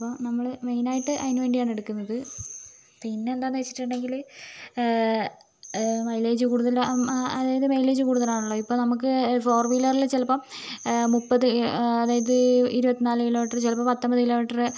അപ്പോൾ നമ്മള് മെയിൻ ആയിട്ട് അതിന് വേണ്ടിയാണ് എടുക്കുന്നത് പിന്നെന്താന്ന് വെച്ചിട്ടുണ്ടെങ്കില് മൈലേജ് കൂടുതല് അതായത് മൈലേജ് കൂടുതലാണല്ലോ അപ്പോൾ നമുക്ക് ഫോർ വീലറില് ചിലപ്പം മുപ്പത് അതായത് ഇരുപത്തിനാല് കിലോമീറ്റർ ചിലപ്പോൾ പത്തൊമ്പത് കിലോമീറ്റർ